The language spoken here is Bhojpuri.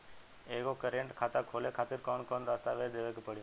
एगो करेंट खाता खोले खातिर कौन कौन दस्तावेज़ देवे के पड़ी?